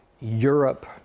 Europe